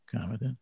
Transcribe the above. comment